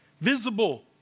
visible